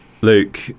luke